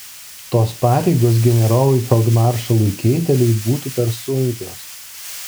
tos pareigos generolui feldmaršalui keiteliui būtų per sunkios